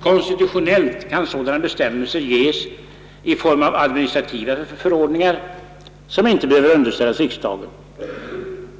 Konstitutionellt kan sådana bestämmelser ges i form av administrativa förordningar, som inte behöver underställas riksdagen.